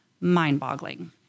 mind-boggling